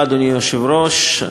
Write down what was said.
אדוני היושב-ראש,